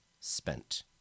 spent